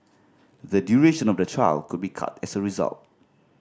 the duration of the trial could be cut as a result